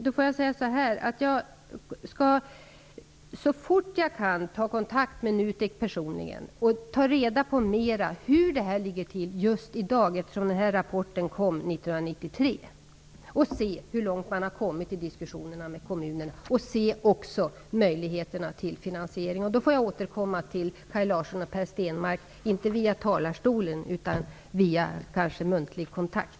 Så fort jag kan skall jag personligen ta kontakt med NUTEK. Jag skall ta reda på hur det egentligen ligger till i dag, eftersom rapporten kom 1993. Jag skall undersöka hur långt man har kommit i diskussionerna med kommunerna och vilka möjligheter till finansiering det finns. Därefter får jag återkomma till Kaj Larsson och Per Stenmarck. Det blir då inte via talarstolen utan kanske i en muntlig kontakt.